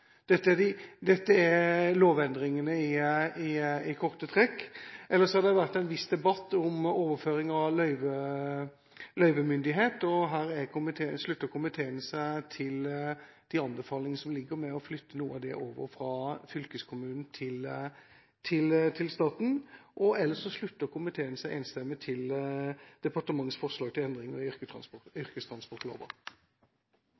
Dette er lovendringene i korte trekk. Ellers har det vært en viss debatt om overføring av løyvemyndighet, og her slutter komiteen seg til de anbefalingene som foreligger; å flytte noe av det over fra fylkeskommunen til staten, og ellers slutter komiteen seg enstemmig til departementets forslag til endringer i yrkestransportlova. Flere har ikke bedt om ordet til sak nr. 4. Etter ønske fra transport- og